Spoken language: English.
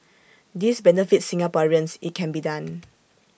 this benefits Singaporeans IT can be done